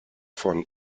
von